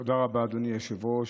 תודה רבה, אדוני היושב-ראש.